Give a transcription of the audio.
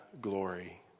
glory